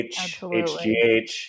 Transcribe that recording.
HGH